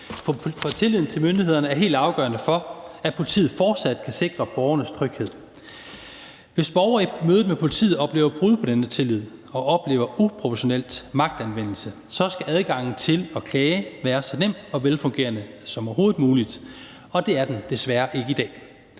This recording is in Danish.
for tilliden til myndighederne er helt afgørende for, at politiet fortsat kan sikre borgernes tryghed. Hvis borgere i mødet med politiet oplever brud på denne tillid og oplever uproportional magtanvendelse, skal adgangen til at klage være så nem og velfungerende som overhovedet muligt, og det er den desværre ikke i dag.